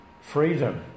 Freedom